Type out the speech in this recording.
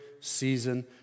season